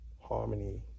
harmony